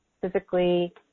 physically